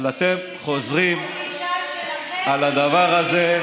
אבל אתם חוזרים על הדבר הזה,